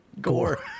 Gore